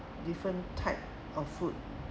different type of food